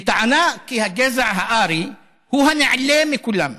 בטענה שהגזע הארי הוא הנעלה מכולם.